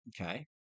Okay